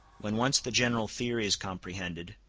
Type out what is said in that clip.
when once the general theory is comprehended,